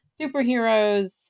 superheroes